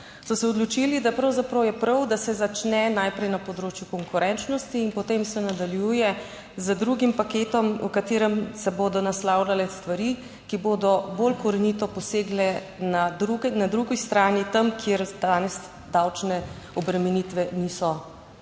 so se odločili, da pravzaprav je prav, da se začne najprej na področju konkurenčnosti in potem se nadaljuje z drugim paketom, v katerem se bodo naslavljale stvari, ki bodo bolj korenito posegle na drugi strani, tam, kjer danes davčne obremenitve niso ali